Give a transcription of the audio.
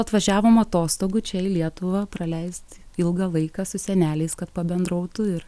atvažiavom atostogų čia į lietuvą praleist ilgą laiką su seneliais kad pabendrautų ir